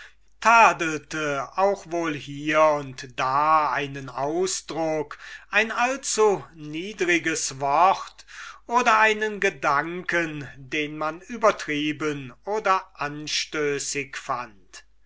tadelte auch wohl hier und da einen ausdruck ein allzuniedriges wort oder ein sentiment das man übertrieben oder anstößig fand